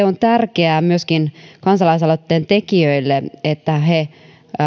on tärkeää myöskin kansalaisaloitteen tekijöille että he